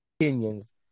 opinions